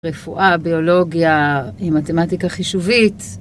רפואה, ביולוגיה, מתמטיקה חישובית.